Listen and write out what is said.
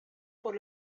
por